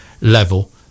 level